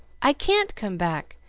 i can't come back!